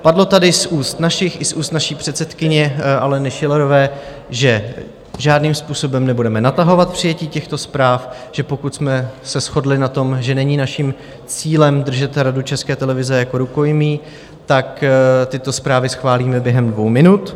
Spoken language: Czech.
Padlo tady z úst našich i z úst naší předsedkyně Aleny Schillerové, že žádným způsobem nebudeme natahovat přijetí těchto zpráv, že pokud jsme se shodli na tom, že není naším cílem držet Radu České televize jako rukojmí, tak tyto zprávy schválíme během dvou minut.